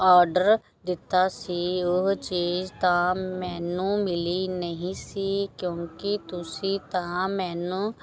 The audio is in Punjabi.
ਆਰਡਰ ਦਿੱਤਾ ਸੀ ਉਹ ਚੀਜ਼ ਤਾਂ ਮੈਨੂੰ ਮਿਲੀ ਨਹੀਂ ਸੀ ਕਿਉਂਕਿ ਤੁਸੀਂ ਤਾਂ ਮੈਨੂੰ